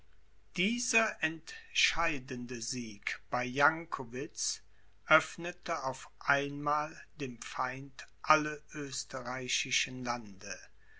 dieser entscheidende sieg bei jankowitz öffnete auf einmal dem feind alle österreichischen lande